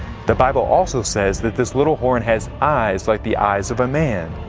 the bible also says that this little horn has eyes like the eyes of a man.